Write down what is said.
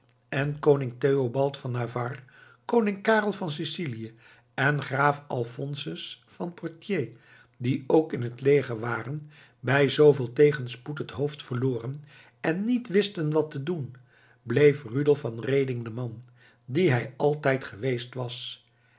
en koning theobald van navarre koning karel van sicilië en graaf alphonsus van poitiers die ook in het leger waren bij zooveel tegenspoed het hoofd verloren en niet wisten wat te doen bleef rudolf van reding de man die hij altijd geweest was